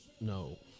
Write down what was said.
No